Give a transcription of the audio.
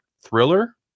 thriller